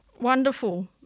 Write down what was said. Wonderful